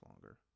longer